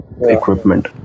equipment